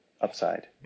upside